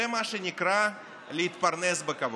זה מה שנקרא להתפרנס בכבוד.